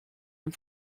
dem